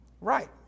Right